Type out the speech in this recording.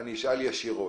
אני אשאל ישירות: